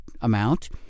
amount